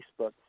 Facebook